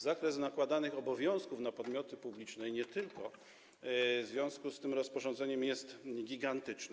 Zakres nakładanych obowiązków na podmioty publiczne i nie tylko w związku z tym rozporządzeniem jest gigantyczny.